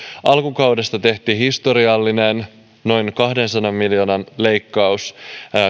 alkukaudesta tehtiin historiallinen noin kahdensadan miljoonan leikkaus